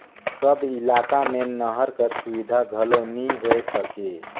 सब इलाका मे नहर कर सुबिधा घलो नी होए सके